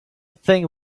think